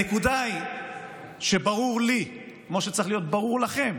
הנקודה היא שברור לי, כמו שצריך להיות ברור לכם,